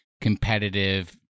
competitive